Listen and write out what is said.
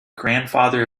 grandfather